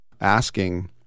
asking